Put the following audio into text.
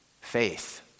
faith